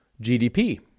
GDP